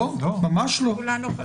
ממש לא.